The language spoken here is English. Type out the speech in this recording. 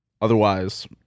Otherwise